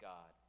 God